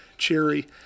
cheery